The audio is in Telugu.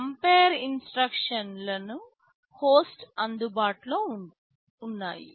కంపేర్ ఇన్స్ట్రక్షన్ ల హోస్ట్ అందుబాటులో ఉన్నాయి